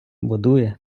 будує